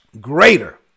greater